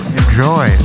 enjoy